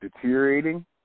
deteriorating